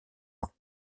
ans